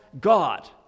God